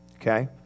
okay